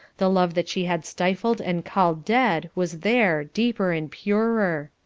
the love that she had stifled and called dead was there, deeper and purer.